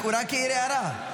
הוא רק העיר הערה.